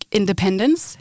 independence